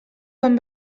van